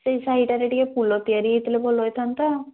ସେଇ ସାହିଟାରେ ଟିକିଏ ପୋଲ ତିଆରି ହେଇଥିଲେ ଭଲ ହେଇଥାନ୍ତା